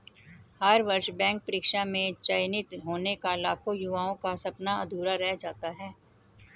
हर वर्ष बैंक परीक्षा में चयनित होने का लाखों युवाओं का सपना अधूरा रह जाता है